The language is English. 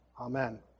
Amen